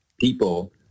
people